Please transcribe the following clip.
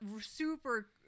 super